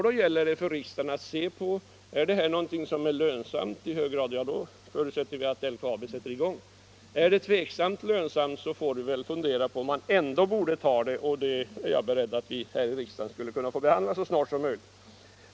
Då gäller det för riksdagen att avgöra om det är lönsamt att bryta där. Om det är lönsamt, ja, då förutsätter vi att LKAB sätter i gång driften där. Är det tvivelaktigt om det är lönsamt får vi väl fundera på om vi ändå bör börja bryta där, och jag är beredd att göra vad jag kan för att vi skall kunna behandla den frågan här i riksdagen så snart som möjligt.